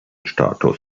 status